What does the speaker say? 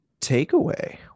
takeaway